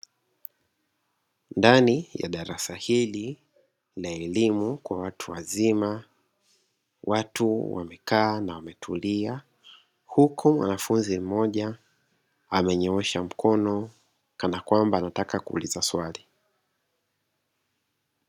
Ndani ya darasa hili la elimu kwa watu wazima watu wamekaa na wametulia huku mwanafunzi mmoja amenyoosha mkono kana kwamba anataka kuuliza swali.